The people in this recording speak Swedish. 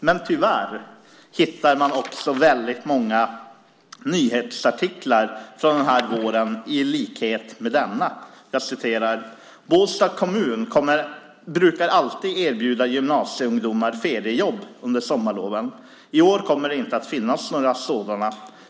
Men tyvärr hittar man också väldigt många nyhetsartiklar från den här våren som denna: "Båstads kommun brukar alltid erbjuda gymnasieungdomar feriejobb under sommarloven. I år kommer det inte att finnas några.